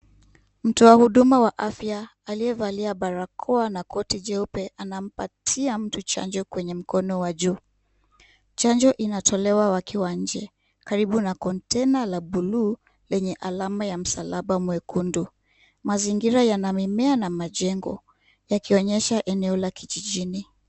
Mtu wa huduma wa afya aliyevalia barakoa na koti jeupe amempatia mtu chanjo kwenye mkono wa juu. Chanjo inatolewa wakiwa nje karibu na kontena la buluu lenye msalaba mwekundu. Mazingira yana mimea na majengo yakionyesha eneo la kijijini.